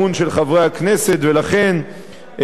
ולכן, אדוני היושב-ראש,